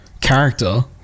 character